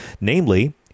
Namely